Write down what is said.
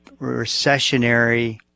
recessionary